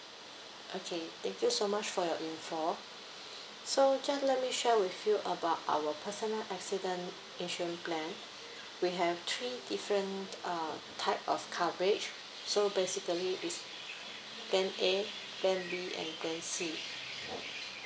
okay thank you so much for your info so just let me share with you about our personal accident insurance plan we have three different uh type of coverage so basically it's plan A plan B and plan C